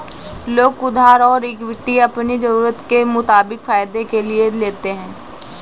लोग उधार और इक्विटी अपनी ज़रूरत के मुताबिक फायदे के लिए लेते है